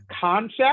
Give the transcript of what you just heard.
concept